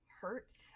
hurts